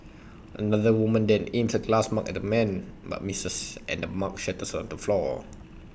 another woman then aims A glass mug at the man but misses and the mug shatters on the floor